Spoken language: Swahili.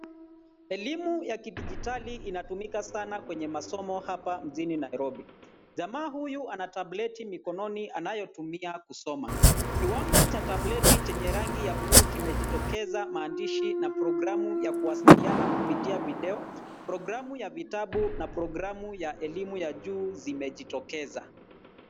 Elimu ya kidijitali inatumika sana kwenye masomo hapa mjini Nairobi. Jamaa huyu ana tabuleti mikono ni anayotumia kusoma. Kiwambo cha tabuleti chenye maandishi na programu ya kuwasiliana kupitia video. Programu ya vitabu na programu ya elimu ya juu zimejitokeza.